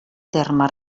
terme